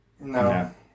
No